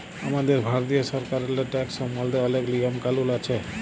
আমাদের ভারতীয় সরকারেল্লে ট্যাকস সম্বল্ধে অলেক লিয়ম কালুল আছে